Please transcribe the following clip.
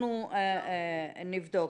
אנחנו נבדוק.